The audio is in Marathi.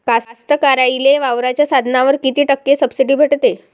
कास्तकाराइले वावराच्या साधनावर कीती टक्के सब्सिडी भेटते?